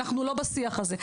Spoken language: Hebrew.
אנחנו לא בשיח הזה.